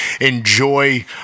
enjoy